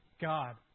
God